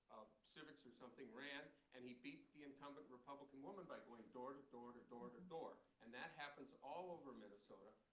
civics or something ran, and he beat the incumbent republican woman by going door to door to door to door. and that happens all over minnesota.